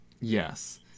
Yes